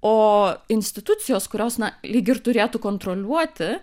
o institucijos kurios na lyg ir turėtų kontroliuoti